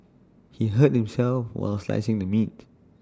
he hurt himself while slicing the meat